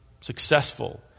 Successful